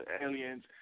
aliens